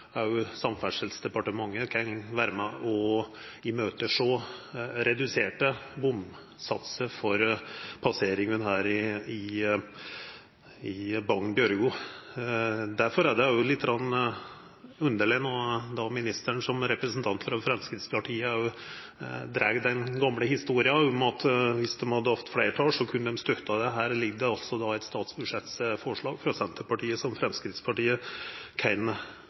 Samferdselsdepartementet kan vera med og sjå i møte reduserte bomsatsar for passeringane her i Bagn–Bjørgo. Difor er det litt underleg når ministeren som representant for Framstegspartiet dreg den gamle historia om at viss dei hadde hatt fleirtal, så kunne dei ha støtta dette. Her ligg det då altså eit statsbudsjettforslag frå Senterpartiet som Framstegspartiet kan